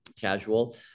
casual